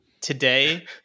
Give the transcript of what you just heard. today